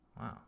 Wow